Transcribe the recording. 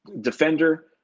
defender